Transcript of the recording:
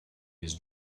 his